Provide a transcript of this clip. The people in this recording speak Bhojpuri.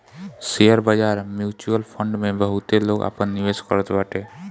शेयर बाजार, म्यूच्यूअल फंड में बहुते लोग आपन निवेश करत बाटे